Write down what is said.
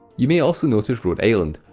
you may also notice rhode island,